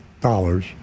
dollars